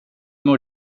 mår